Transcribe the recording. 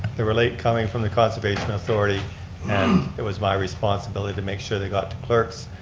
they were late coming from the conservation authority and it was my responsibility to make sure they got to clerk's.